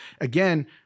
Again